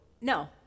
No